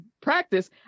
practice